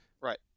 Right